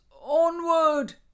onward